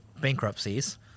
bankruptcies